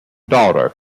daughter